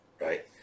right